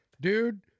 Dude